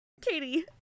Katie